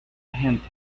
gente